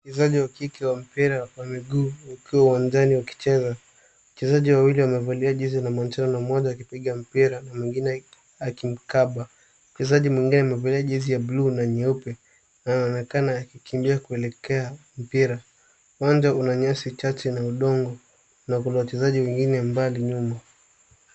Wachezaji wa kike wa mpira wa miguu wamekaa uwanjani wakicheza. Wachezaji wawili wamevalia jezi ya manjano mmoja akipiga mpira na mwingine akimkaba. Mchezaji mwingine amevalia jezi ya buluu na nyeupe anaonekana akikimbia kuelekea mpira. Uwanja una nyasi chache na udongo na kuna wachezaji wengine mbali nyuma.